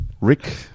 Rick